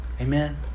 Amen